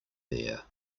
there